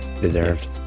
Deserved